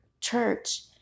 church